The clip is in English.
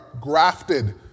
grafted